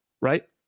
right